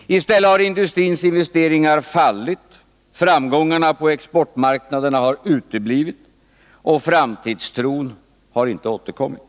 I stället har industrins investeringar fallit, framgångarna på exportmarknaderna har uteblivit och framtidstron har inte återkommit.